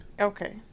Okay